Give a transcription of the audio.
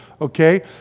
Okay